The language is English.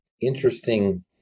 interesting